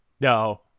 No